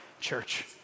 church